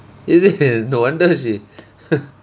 is it no wonder she